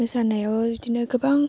मोसानायाव बिदिनो गोबां